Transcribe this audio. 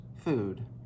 food